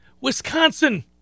Wisconsin